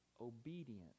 obedient